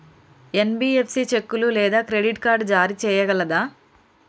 NBFC చెక్కులు లేదా credit card జారీ చేయగలదా?